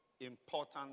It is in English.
important